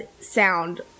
sound